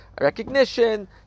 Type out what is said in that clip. recognition